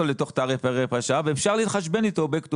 לתוך תעריף ערך השעה ואפשר להתחשבן איתו Back to